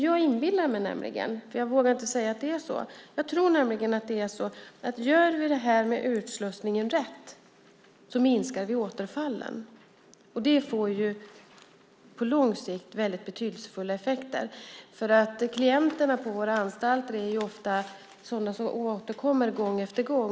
Jag inbillar mig och tror nämligen - men jag vågar inte säga att det är så - att om vi utslussningen rätt minskar vi återfallen. Det får betydelsefulla effekter på lång sikt. Klienterna på våra anstalter är ofta sådana som återkommer gång efter gång.